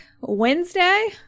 Wednesday